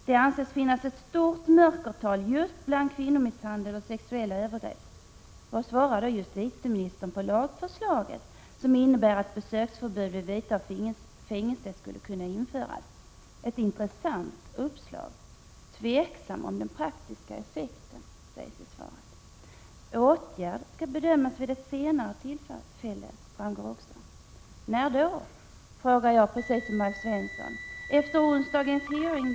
Det anses finnas ett stort mörkertal just för kvinnomisshandel och sexuella övergrepp. Vad svarar då justitieministern på lagförslaget som innebär att besöksförbud vid vite av fängelse skulle kunna införas? Ett intressant uppslag — tveksam om den praktiska effekten, säger han i svaret. Åtgärder skall bedömas vid ett senare tillfälle, framgår det också. När då? frågar jag precis som Alf Svensson. Direkt efter onsdagens utfrågning?